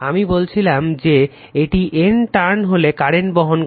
আমি বলেছিলাম যে এটি N টার্ন হলে কারেন্ট বহন করে